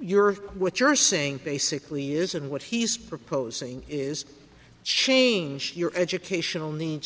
you're what you're saying basically is and what he's proposing is change your educational needs